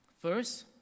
First